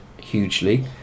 hugely